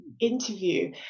interview